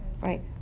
right